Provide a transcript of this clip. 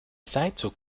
seilzug